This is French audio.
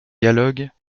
dialogues